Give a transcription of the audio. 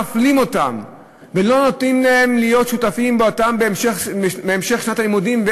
מפלים אותם ולא נותנים להם להיות שותפים בהמשך שנת הלימודים,